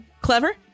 Clever